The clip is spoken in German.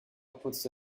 putzte